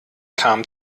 kam